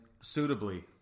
suitably